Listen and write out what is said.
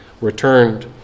returned